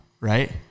right